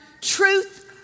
truth